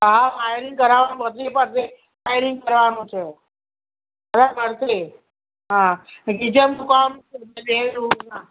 હા વાયરિંગ કરાવવાનું બધે બધે વાયરિંગ કરાવવાનું છે હા ગીઝર મુકાવવાનું છે બે રૂમમાં